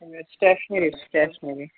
stationary stationary